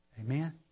Amen